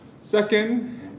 Second